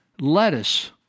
lettuce